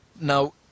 Now